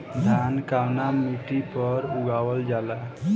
धान कवना मिट्टी पर उगावल जाला?